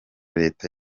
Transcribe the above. leta